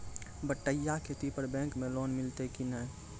बटाई खेती पर बैंक मे लोन मिलतै कि नैय?